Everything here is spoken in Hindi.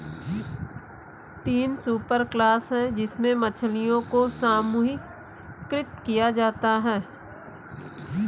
तीन सुपरक्लास है जिनमें मछलियों को समूहीकृत किया जाता है